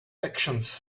actions